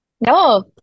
No